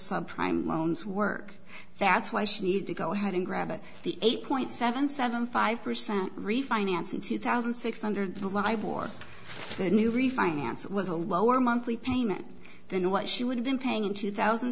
prime loans work that's why she needs to go ahead and grab the eight point seven seven five percent refinance in two thousand six hundred libel or the new refinance with a lower monthly payment than what she would have been paying in two thousand